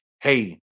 hey